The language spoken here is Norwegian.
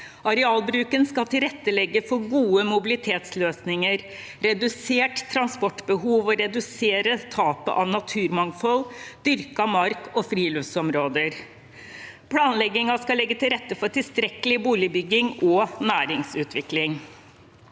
«Arealbruken skal tilrettelegge for gode mobilitetsløsninger, redusert transportbehov og redusere tapet av naturmangfold, dyrka mark og friluftsområder. Planleggingen skal legge til rette for tilstrekkelig boligbygging og næringsutvikling.»